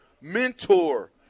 mentor